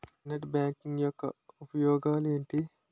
Internet banking యెక్క ఉపయోగాలు ఎంటి?